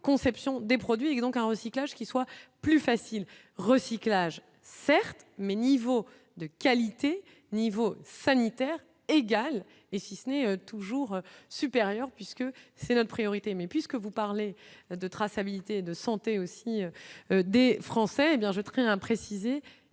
l'éco-conception des produits et donc un recyclage qui soit plus facile, recyclage, certes, mais niveau de qualité niveau sanitaire égal et si ce n'est toujours supérieure puisque c'est notre priorité, mais puisque vous parlez de traçabilité et de santé aussi des Français bien très imprécise